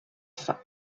fins